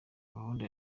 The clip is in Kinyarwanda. gahunda